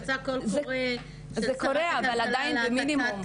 יצא קול קורא --- זה קורה אבל עדיין במינימום.